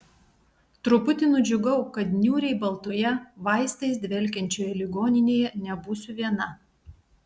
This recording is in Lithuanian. truputį nudžiugau kad niūriai baltoje vaistais dvelkiančioje ligoninėje nebūsiu viena